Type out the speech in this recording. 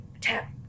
tap